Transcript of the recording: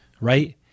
right